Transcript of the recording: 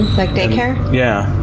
like daycare? yeah.